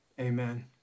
Amen